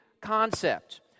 concept